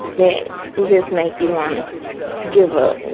that and just make you want to give up, you